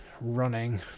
running